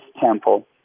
temple